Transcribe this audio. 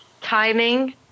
timing